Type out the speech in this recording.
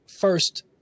first